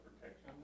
protection